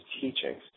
teachings